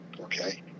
okay